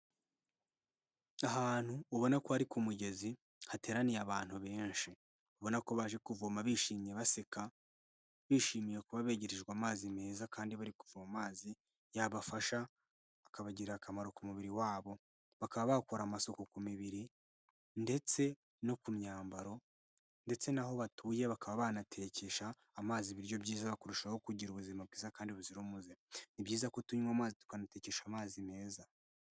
Ahantu ubona ko ari ku mugezi hateraniye abantu benshi ubona ko baje kuvoma bishimye baseka bishimiye kuba begerejwe amazi meza kandi bari kuvoma amazi yabafasha akabagirira akamaro ku mubiri wabo bakaba bakora amasuku ku mibiri ndetse no ku myambaro ndetse n'aho batuye bakaba banatekesha amazi ibiryo byiza kurushaho kugira ubuzima bwiza kandi buzira umuze. Ni byiza ko tunywa amazi tukanatekesha amazi meza.